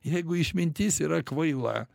jeigu išmintis yra kvaila